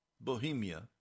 Bohemia